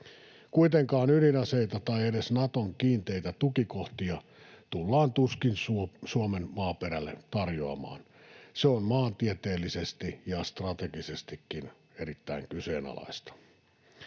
Kuitenkaan ydinaseita tai edes Naton kiinteitä tukikohtia tullaan tuskin Suomen maaperälle tarjoamaan. Se on maantieteellisesti ja strategisestikin erittäin kyseenalaista.